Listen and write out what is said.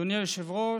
אדוני היושב-ראש,